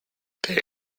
this